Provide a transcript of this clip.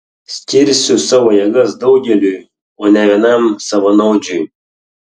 skirsiu savo jėgas daugeliui o ne vienam savanaudžiui